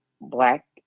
black